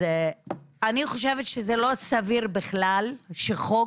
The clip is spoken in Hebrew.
אני חושבת שזה לא סביר בכלל שחוק